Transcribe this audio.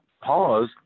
Pause